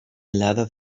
leather